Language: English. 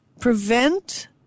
prevent